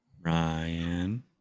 Ryan